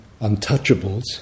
untouchables